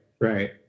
right